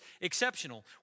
exceptional